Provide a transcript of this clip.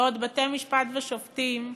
בעוד בתי-משפט ושופטים,